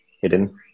hidden